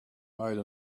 made